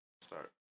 Start